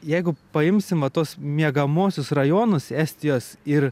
jeigu paimsim va tuos miegamuosius rajonus estijos ir